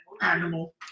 animal